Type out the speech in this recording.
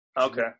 okay